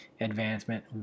advancement